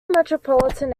metropolitan